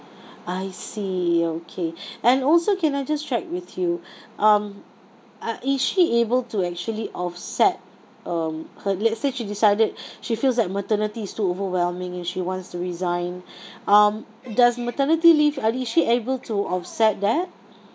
I see okay and also can I just check with you um uh is she able to actually offset um her let's say she decided she feels that maternity is too overwhelming and she wants to resign um does maternity leave ah is she able to offset that